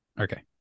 Okay